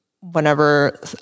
whenever